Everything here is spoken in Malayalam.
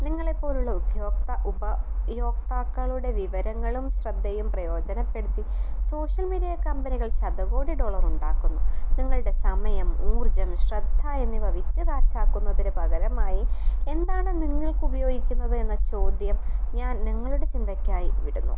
നിങ്ങളെപ്പോലുള്ള ഉപയോക്താക്കളുടെ വിവരങ്ങളും ശ്രദ്ധയും പ്രയോജനപ്പെടുത്തി സോഷ്യൽ മീഡ്യ കമ്പനികൾ ശതകോടി ഡോളറുണ്ടാക്കുന്നു നിങ്ങളുടെ സമയം ഊർജ്ജം ശ്രദ്ധ എന്നിവ വിറ്റ് കാശാക്കുന്നതിന് പകരമായി എന്താണ് നിങ്ങൾക്ക് ഉപയോഗിക്കുന്നത് എന്ന ചോദ്യം ഞാൻ നിങ്ങളുടെ ചിന്തക്കായി വിടുന്നു